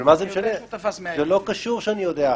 אבל מה זה משנה, זה לא קשור שאני יודע.